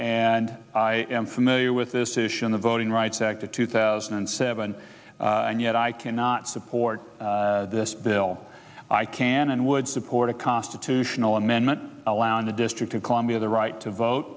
and i am familiar with this issue of the voting rights act of two thousand and seven and yet i cannot support this bill i can and would support a constitutional amendment allowing the district of columbia the right to vote